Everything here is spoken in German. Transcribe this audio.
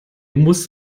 muss